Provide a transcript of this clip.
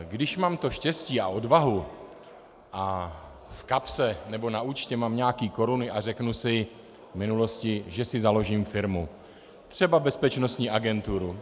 Když mám to štěstí a odvahu a v kapse nebo na účtě mám nějaký koruny, řeknu si v minulosti, že si založím firmu třeba bezpečnostní agenturu.